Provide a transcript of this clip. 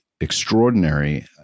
extraordinary